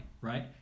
right